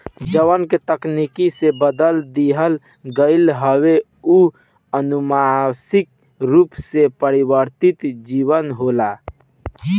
जवना के तकनीकी से बदल दिहल गईल हवे उ अनुवांशिक रूप से परिवर्तित जीव होला